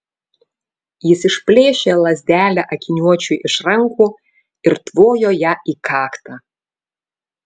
jis išplėšė lazdelę akiniuočiui iš rankų ir tvojo ja į kaktą